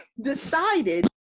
decided